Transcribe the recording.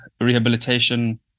rehabilitation